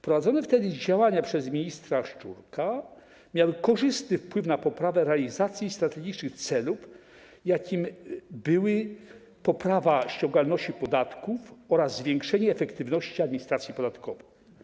Prowadzone wtedy przez ministra Szczurka działania miały korzystny wpływ na poprawę realizacji strategicznych celów, jakimi były poprawa ściągalności podatków oraz zwiększenie efektywności administracji podatkowej.